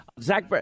Zach